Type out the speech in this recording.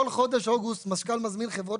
כל חודש אוגוסט מזכ"ל מזמין חברות